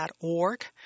org